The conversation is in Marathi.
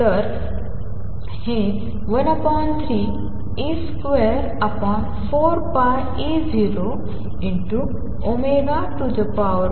तर हे 13e24π0nn 14Ann 12c3